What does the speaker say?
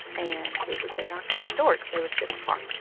and we would go knocking on doors. they would sit in the car.